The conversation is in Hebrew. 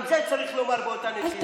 גם את זה צריך לומר באותה נשימה.